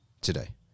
today